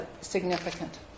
significant